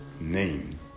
name